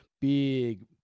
big